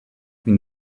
une